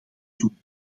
doen